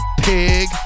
pig